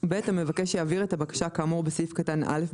(ב)המבקש יעביר את הבקשה כאמור בסעיף קטן (א)